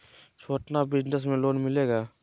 छोटा बिजनस में लोन मिलेगा?